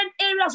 areas